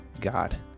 God